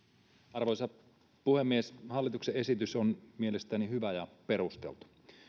arvoisa puhemies hallituksen esitys on mielestäni hyvä ja perusteltu